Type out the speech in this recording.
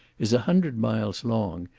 is a hundred miles long,